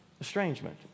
Estrangement